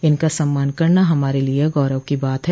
इनका सम्मान करना हमारे लिये गौरव की बात है